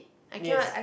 yes